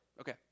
okay